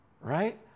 right